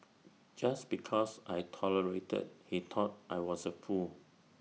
just because I tolerated he thought I was A fool